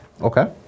Okay